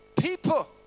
people